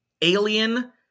alien